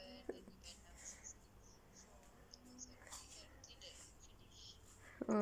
and